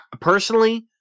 personally